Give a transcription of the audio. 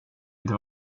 inte